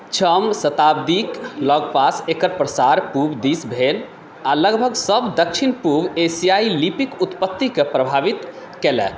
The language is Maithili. छओम शताब्दीक लगपास एकर प्रसार पूर्व दिश भेल आ लगभग सभ दक्षिण पूर्व एशियाइ लिपिक उत्पत्तिकेँ प्रभावित केलक